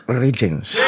regions